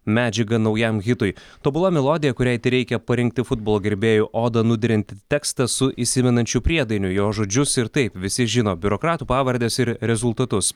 medžiaga naujam hitui tobula melodija kuriai tereikia parinkti futbolo gerbėjų odą nudiriantį tekstą su įsimenančiu priedainiu jo žodžius ir taip visi žino biurokratų pavardes ir rezultatus